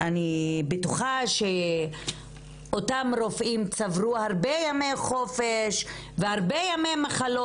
אני בטוחה שאותם רופאים צברו הרבה ימי חופש והרבה ימי מחלה,